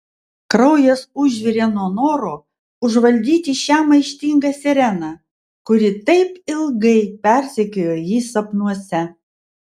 kraujas užvirė nuo noro užvaldyti šią maištingą sireną kuri taip ilgai persekiojo jį sapnuose